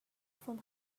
from